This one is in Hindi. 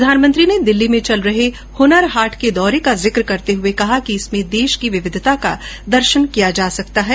प्रधानमंत्री ने दिल्ली में चल रहे हनर हाट के दौरे का जिक्र करते हुए कहा कि इसमें देश की विविधता का दर्शन किया जा सकता है